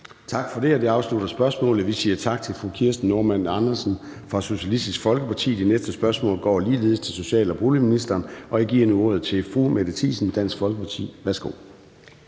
Tak for det. Det afslutter spørgsmålet. Vi siger tak til fru Kirsten Normann Andersen fra Socialistisk Folkeparti. Det næste spørgsmål går ligeledes til social- og boligministeren, og jeg giver nu ordet til Mette Thiesen, Dansk Folkeparti. Kl.